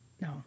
no